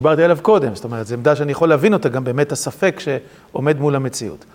דברתי עליו קודם, זאת אומרת, זו עמדה שאני יכול להבין אותה גם באמת הספק שעומד מול המציאות.